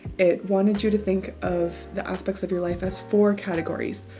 it wanted you to think of the aspects of your life as four categories,